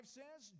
says